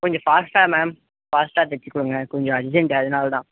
கொஞ்சம் ஃபாஸ்ட்டாக மேம் ஃபாஸ்ட்டாக தைச்சி கொடுங்க கொஞ்சம் அர்ஜென்ட்டு அதனால தான்